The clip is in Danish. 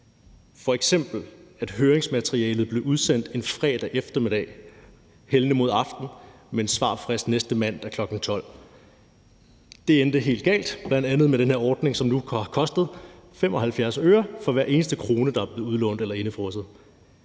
sådan, at høringsmaterialet blev udsendt en fredag eftermiddag, hældende mod aften, med en svarfrist næste mandag kl. 12.00. Det endte helt galt, bl.a. med den her ordning, som nu har kostet 75 øre for hver eneste krone, der er blevet udlånt eller indefrosset.